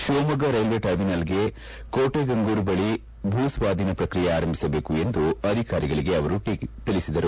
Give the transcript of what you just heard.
Shivamogga railway ಟರ್ಮಿನಲ್ಗೆ ಕೋಟೆಗಂಗೂರು ಬಳಿ ಭೂಸ್ವಾಧೀನ ಪ್ರಕ್ರಿಯೆ ಆರಂಭಿಸಬೇಕು ಎಂದು ಅಧಿಕಾರಿಗಳಿಗೆ ತಿಳಿಸಲಾಯಿತು